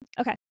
Okay